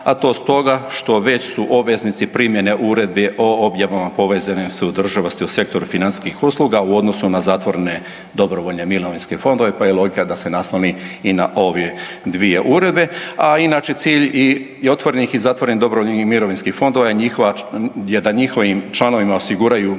a to stoga što već su obveznici primjene Uredbi o objavama povezanima …/Govornik se ne razumije/…u sektoru financijskih usluga u odnosu na zatvorene dobrovoljne mirovinske fondove, pa je logika da se nasloni i na ove dvije uredbe. A inače cilj i otvorenih i zatvorenih dobrovoljnih mirovinskih fondova je da njihovim članovima osiguraju